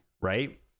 right